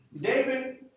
David